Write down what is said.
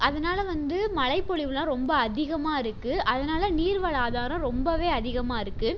அதனால் வந்து மழைப் பொழிவெல்லாம் ரொம்ப அதிகமாக இருக்குது அதனால் நீர் வள ஆதாரம் ரொம்பவே அதிகமாக இருக்குது